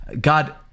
God